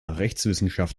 rechtswissenschaft